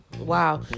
wow